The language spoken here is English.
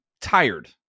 tired